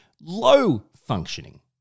low-functioning